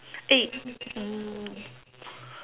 eh mm